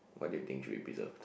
what do you think should be preserved